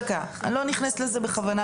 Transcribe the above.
אני לא נכנסת לזה בכוונה,